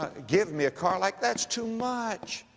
ah give me a car like that, it's too much.